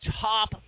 Top